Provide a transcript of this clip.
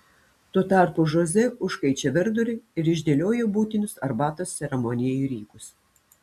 tuo tarpu žoze užkaičia virdulį ir išdėlioja būtinus arbatos ceremonijai rykus